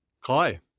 Hi